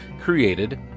created